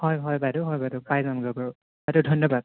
হয় হয় বাইদেউ হয় বাইদেউ এতিয়া ধন্যবাদ